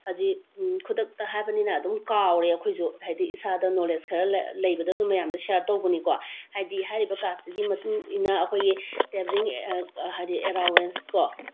ꯍꯧꯖꯤꯛ ꯈꯨꯗꯛꯇ ꯍꯥꯏꯕꯅꯤꯅ ꯑꯗꯨꯝ ꯀꯥꯎꯔꯦ ꯑꯩꯈꯣꯏꯁꯨ ꯍꯥꯏꯗꯤ ꯏꯁꯥꯗ ꯅꯣꯂꯦꯖ ꯈꯔ ꯂꯩꯕꯗꯣ ꯑꯗꯨꯝ ꯃꯌꯥꯝꯗ ꯁꯤꯌꯥꯔ ꯇꯧꯕꯅꯤꯀꯣ ꯍꯥꯏꯗꯤ ꯍꯥꯏꯔꯤꯕ ꯀꯥꯔꯠꯁꯤꯒꯤ ꯃꯇꯨꯡ ꯏꯟꯅ ꯑꯩꯈꯣꯏꯒꯤ ꯇꯦꯕ꯭ꯔꯤꯡ ꯍꯥꯏꯗꯤ ꯑꯦꯂꯥꯋꯦꯟꯁ ꯀꯣ